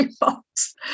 box